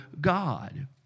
God